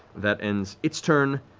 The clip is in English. that ends its turn.